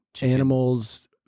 animals